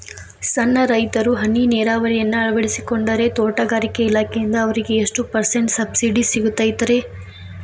ಸಣ್ಣ ರೈತರು ಹನಿ ನೇರಾವರಿಯನ್ನ ಅಳವಡಿಸಿಕೊಂಡರೆ ತೋಟಗಾರಿಕೆ ಇಲಾಖೆಯಿಂದ ಅವರಿಗೆ ಎಷ್ಟು ಪರ್ಸೆಂಟ್ ಸಬ್ಸಿಡಿ ಸಿಗುತ್ತೈತರೇ?